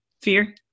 Fear